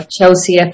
Chelsea